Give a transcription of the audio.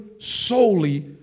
solely